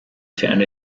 found